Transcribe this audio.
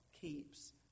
keeps